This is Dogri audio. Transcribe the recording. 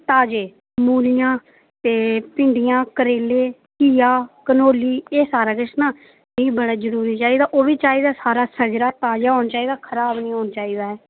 ताजे ते मूलियां भिंडियां ते करेले घीआ कनोली एह् सारा किश ना मिगी बड़ा जरूरी चाहिदा होर ओह् बी चाहिदा सारा सजरा ताजा होना चाहिदा खराब नी होना चाहिदा